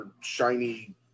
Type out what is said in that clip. shiny